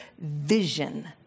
vision